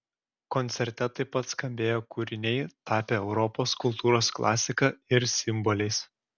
koncerte taip pat skambėjo kūriniai tapę europos kultūros klasika ir simboliais